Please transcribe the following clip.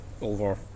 over